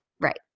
Right